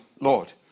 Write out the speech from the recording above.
Lord